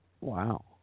Wow